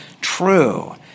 true